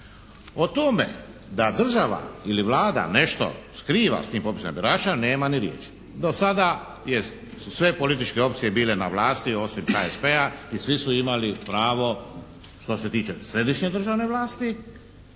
O tome da država ili Vlada nešto skriva s tim popisima birača nema ni riječi. Do sada su sve političke opcije bile na vlasti, osim HSP-a i svi su imali pravo što se tiče središnje državne vlasti,